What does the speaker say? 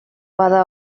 bada